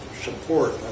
support